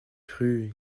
rue